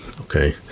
okay